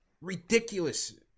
Ridiculous